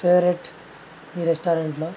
favourite మీ రెస్టారెంట్లో